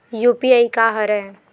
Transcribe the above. UPI का हरय?